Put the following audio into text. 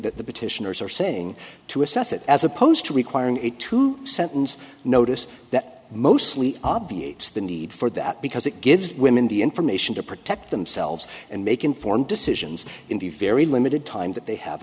that the petitioners are saying to assess it as opposed to requiring a two sentence notice that mostly obviates the need for that because it gives women the information to protect themselves and make informed decisions in the very limited time that they have